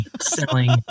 selling